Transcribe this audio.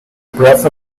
breath